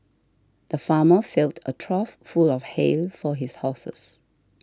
the farmer filled a trough full of hay for his horses